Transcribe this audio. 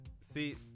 See